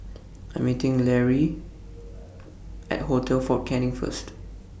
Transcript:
I Am meeting Lary At Hotel Fort Canning First